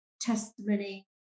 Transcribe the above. testimony